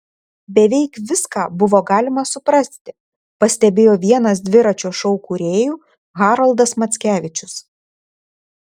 beveik viską buvo galima suprasti pastebėjo vienas dviračio šou kūrėjų haroldas mackevičius